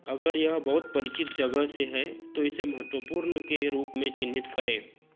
अगर यह बहुत परिचित जगह से है तो इसे महत्वपूर्ण के रूप में चिह्नित करें